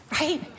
right